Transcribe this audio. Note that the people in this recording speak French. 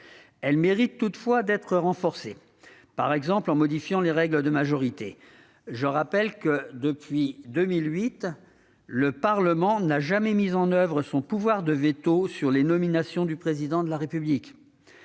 Elle mériterait toutefois d'être renforcée, par exemple en modifiant les règles de majorité. Je rappelle que, depuis 2008, le Parlement n'a jamais mis en oeuvre son pouvoir de veto sur les nominations du Président de la République.